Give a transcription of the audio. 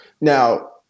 Now